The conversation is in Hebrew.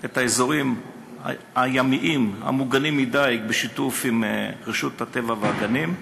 מאוד את האזורים הימיים המוגנים מדיג בשיתוף רשות הטבע והגנים,